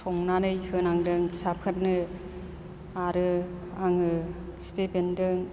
संनानै होनांदों फिसाफोरनो आरो आङो खिफि बेन्दों